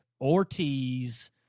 Ortiz